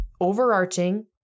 overarching